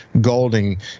Golding